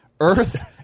Earth